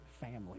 family